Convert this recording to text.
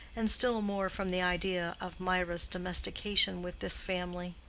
and still more from the idea of mirah's domestication with this family.